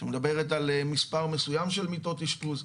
שמדברת על מספר מסוים של מיטות אשפוז.